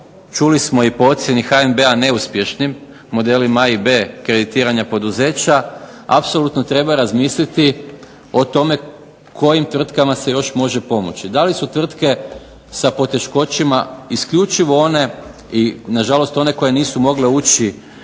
čuli smo i po ocjeni HNB-a neuspješnim modelima A i B kreditiranja poduzeća, apsolutno treba razmisliti o tome kojim tvrtkama se još može pomoći. Da li su tvrtke sa poteškoćama isključivo one i nažalost one koje nisu mogle ući